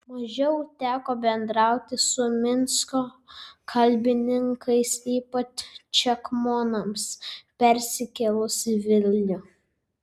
mažiau teko bendrauti su minsko kalbininkais ypač čekmonams persikėlus į vilnių